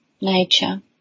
nature